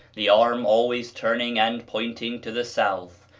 the arm always turning and pointing to the south,